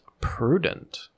prudent